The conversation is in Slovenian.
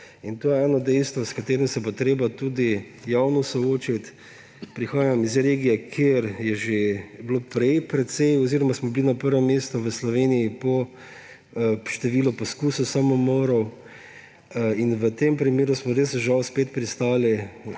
To je eno dejstvo, s katerim se bo treba tudi javno soočiti. Prihajam iz regije, kjer je že bilo prej precej oziroma smo bili na prvem mestu v Sloveniji po številu poskusov samomorov in v tem primeru smo res, žal, spet pristali